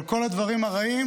אבל כל הדברים הרעים,